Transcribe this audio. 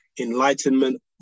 enlightenment